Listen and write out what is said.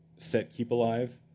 set keepalive,